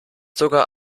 sogar